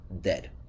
dead